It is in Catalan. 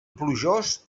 plujós